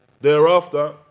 Thereafter